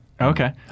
Okay